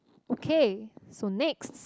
okay so next